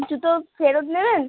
জুতো ফেরত নেবেন